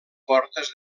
portes